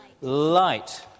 light